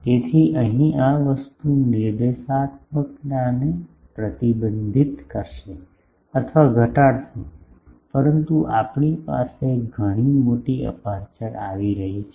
તેથી અહીં આ વસ્તુ નિર્દેશાત્મકતાને પ્રતિબંધિત કરશે અથવા ઘટાડશે પરંતુ આપણી પાસે ઘણી મોટી અપેરચ્યોર આવી રહી છે